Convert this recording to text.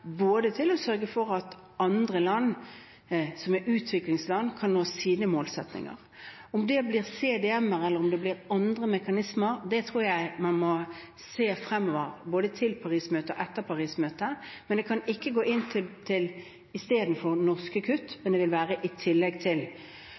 til å sørge for at andre land, som er utviklingsland, kan nå sine målsettinger. Om det blir CDM-er eller andre mekanismer, tror jeg man må se på fremover, både til Paris-møtet og etter Paris-møtet, men det kan ikke komme inn istedenfor norske kutt – det vil være i tillegg. Det mener jeg er en moralsk forpliktelse, ikke bare med hensyn til